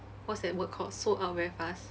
what's that word called sold out very fast